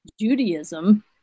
Judaism